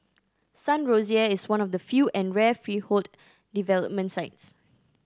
Sun Rosier is one of the few and rare freehold development sites